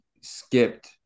skipped